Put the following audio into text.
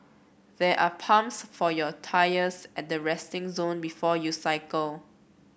there are pumps for your tyres at the resting zone before you cycle